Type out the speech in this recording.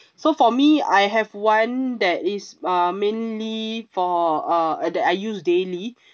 so for me I have one that is uh mainly for uh a that I use daily